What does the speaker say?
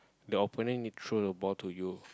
the opponent need to throw the ball to you